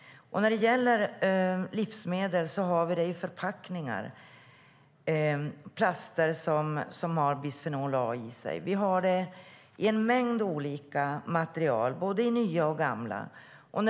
När det gäller livsmedel har vi det i förpackningar, i plaster som har bisfenol A i sig. Vi har det i en mängd olika material, både i nya och i gamla.